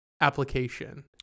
application